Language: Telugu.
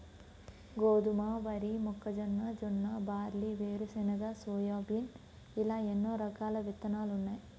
గోధుమ, వరి, మొక్కజొన్న, జొన్న, బార్లీ, వేరుశెనగ, సోయాబీన్ ఇలా ఎన్నో రకాల విత్తనాలున్నాయి